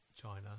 China